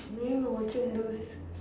maybe watching those